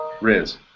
Riz